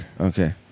Okay